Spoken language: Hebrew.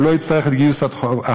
הוא לא יצטרך את גיוס החובה,